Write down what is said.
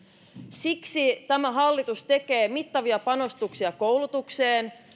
siksi tämä hallitus tekee mittavia panostuksia koulutukseen